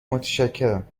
متشکرم